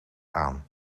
aan